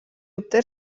obté